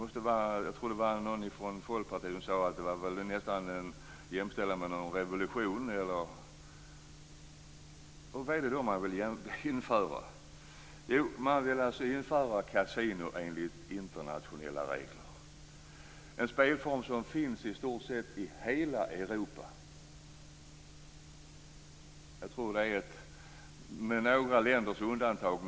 Jag tror att det var någon från Folkpartiet som sade att det måste vara att jämställa med någon revolution. Vad är det då man vill införa? Jo, man vill införa kasinon enligt internationella regler. Det är en spelform som finns i hela Europa, i stort sett, med några länders undantag.